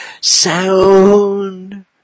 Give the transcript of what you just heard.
sound